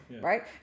right